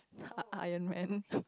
I Iron-Man